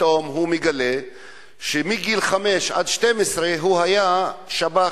פתאום הוא מגלה שמגיל חמש עד 12 הוא היה שב"ח,